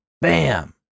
bam